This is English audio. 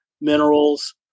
minerals